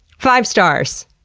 five stars!